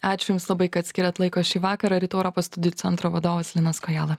ačiū jums labai kad skyrėt laiko šį vakarą rytų europos studijų centro vadovas linas kojala